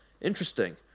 interesting